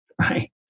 right